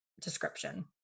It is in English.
description